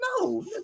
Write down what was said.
No